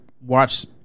watch